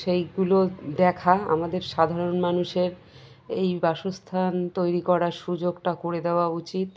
সেইগুলো দেখা আমাদের সাধারণ মানুষের এই বাসস্থান তৈরি করার সুযোগটা করে দেওয়া উচিত